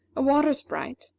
a water sprite,